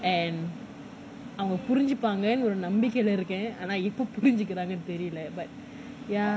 and I will அவங்க புரிஞ்சிப்பாங்கனு ஒரு நம்பிக்கைல இருக்கேன் ஆனா எப்போ புரிஞ்சிக்கிறாங்கனு தெரில:avanga purinjipaanganu oru nambikaila irukaen aanaa eppo purinjikiraanganu terila but ya